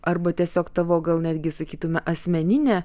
arba tiesiog tavo gal netgi sakytume asmeninė